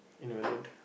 invalid